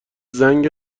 زنگ